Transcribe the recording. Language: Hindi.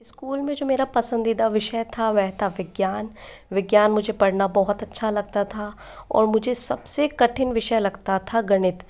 स्कूल में जो मेरा पसंदीदा विषय था वह था विज्ञान विज्ञान मुझे पढ़ना बहुत अच्छा लगता था और मुझे सबसे कठिन विषय लगता था गणित